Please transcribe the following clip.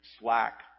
slack